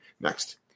Next